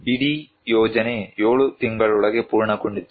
ಇಡೀ ಯೋಜನೆ 7 ತಿಂಗಳೊಳಗೆ ಪೂರ್ಣಗೊಂಡಿತು